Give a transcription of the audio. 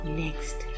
next